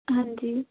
ਹਾਂਜੀ